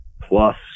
plus